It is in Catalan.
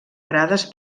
grades